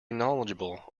knowledgeable